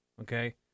Okay